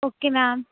okay ma'am